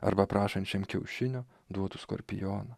arba prašančiam kiaušinio duotų skorpioną